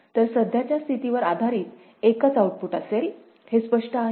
तर सध्याच्या स्थितीवर आधारित एकच आउटपुट असेल हे स्पष्ट आहे का